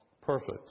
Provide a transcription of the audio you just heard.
perfect